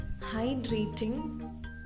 Hydrating